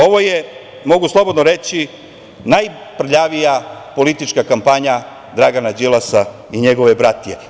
Ovo je, mogu slobodno reći, najprljavija politička kampanja Dragana Đilasa i njegove bratije.